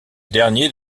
dernier